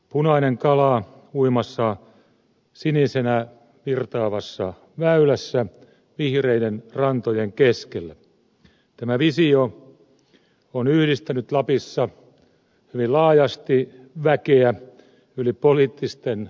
punainen kala uimassa sinisenä virtaavassa väylässä vihreiden rantojen keskellä tämä visio on yhdistänyt lapissa hyvin laajasti väkeä yli poliittisten rajojen